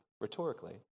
rhetorically